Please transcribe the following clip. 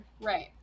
Right